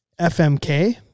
FMK